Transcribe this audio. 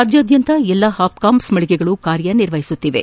ರಾಜ್ಯಾದ್ಯಂತ ಎಲ್ಲಾ ಹಾಪ್ಕಾಮ್ಸ್ ಮಳಿಗೆಗಳು ಕೆಲಸ ನಿರ್ವಹಿಸುತ್ತಿವೆ